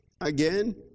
again